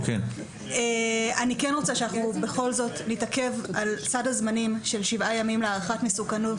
אני כן רוצה שבכל זאת נתעכב על סד הזמנים של שבעה ימים להערכת מסוכנות.